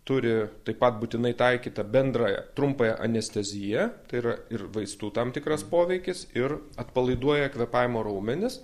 turi taip pat būtinai taikyt tą bendrąją trumpąją anesteziją tai yra ir vaistų tam tikras poveikis ir atpalaiduoja kvėpavimo raumenis